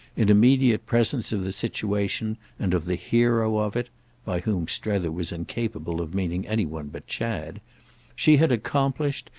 in immediate presence of the situation and of the hero of it by whom strether was incapable of meaning any one but chad she had accomplished,